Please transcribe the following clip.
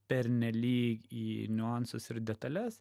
pernelyg į niuansus ir detales